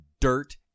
dirt